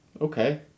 Okay